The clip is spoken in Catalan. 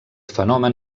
fenomen